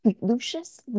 lucius